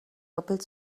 doppelt